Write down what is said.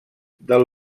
del